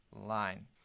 line